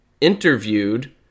Interviewed